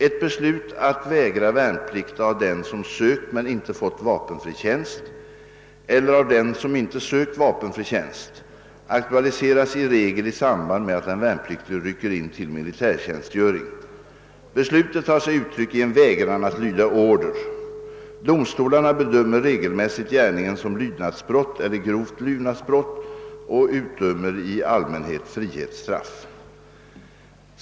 Ett beslut att vägra värnplikt av den som sökt men inte fått vapenfri tjänst eller av den som inte sökt vapenfri tjänst aktualiseras i regel i samband med att den värnpliktige rycker in till militärtjänstgöring. Beslutet tar sig uttryck i en vägran att lyda order. Domstolarna bedömer regelmässigt gärningen som lydnadsbrott eller grovt lydnadsbrott och utdömer i allmänhet frihetsstraff.